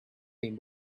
been